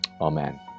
Amen